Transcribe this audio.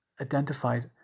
identified